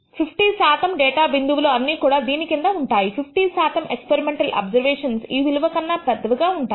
50 శాతం డేటా బిందువులు అన్ని కూడా దీని కింద ఉంటాయి 50 శాతం ఎక్స్పెరిమెంటల్ అబ్జర్వేషన్స్ ఈ విలువ కన్నా పెద్దవిగా ఉంటాయి